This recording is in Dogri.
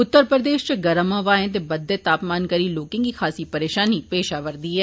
उत्तर प्रदेश इच गर्म हवाए ते बद्दे तापमान करी लोकें गी खासी परेशानी पेश आवा करदी ऐ